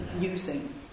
using